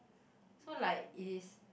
so like is